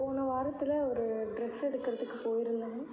போன வாரத்தில் ஒரு ட்ரெஸ் எடுக்கறதுக்கு போயிருந்தேன்